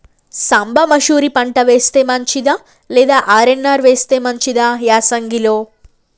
సాంబ మషూరి పంట వేస్తే మంచిదా లేదా ఆర్.ఎన్.ఆర్ వేస్తే మంచిదా యాసంగి లో?